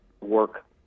work